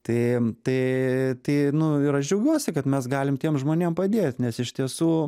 tai tai tai nu ir aš džiaugiuosi kad mes galim tiem žmonėm padėt nes iš tiesų